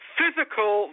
Physical